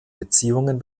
beziehungen